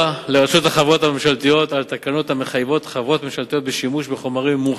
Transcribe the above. חבר הכנסת ניצן הורוביץ שאל את שר האוצר